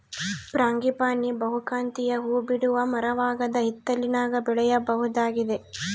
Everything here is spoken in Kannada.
ಫ್ರಾಂಗಿಪಾನಿ ಬಹುಕಾಂತೀಯ ಹೂಬಿಡುವ ಮರವಾಗದ ಹಿತ್ತಲಿನಾಗ ಬೆಳೆಯಬಹುದಾಗಿದೆ